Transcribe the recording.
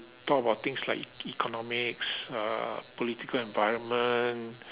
talk about things like economics uh political environment